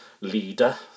leader